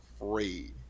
afraid